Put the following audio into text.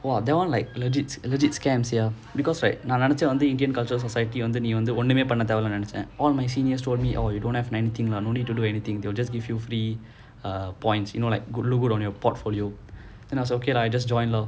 !wah! that [one] like legit legit scam sia because right நான் நினைச்சா:naan ninaichaa indian culture society நீ ஒன்னுமே பண்ண தேவையில்ல நினைச்சேன்:nee onumae panna thevailla ninaichaen all my seniors told me orh you don't have anything lah no need to do anything they'll just give you free err points you know like good look good on your portfolio then I was okay lah I just join lor